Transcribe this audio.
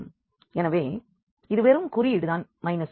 எனவே இது வெறும் குறியீடு தான் u